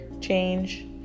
change